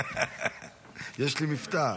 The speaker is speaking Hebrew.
יש לי מבטא.